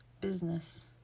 business